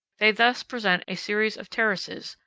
they thus present a series of terraces,